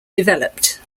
developed